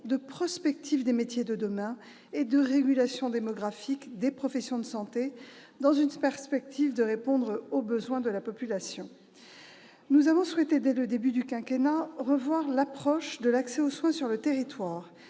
de prospective des métiers de demain et de régulation démographique des professions de santé, dans la perspective de répondre aux besoins de la population. Nous avons souhaité, dès le début du quinquennat, revoir l'approche de l'accès aux soins sur le territoire,